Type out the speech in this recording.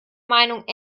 meinung